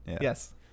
yes